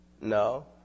no